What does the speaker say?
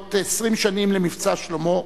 מלאות 20 שנים ל"מבצע שלמה",